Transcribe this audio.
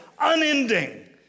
unending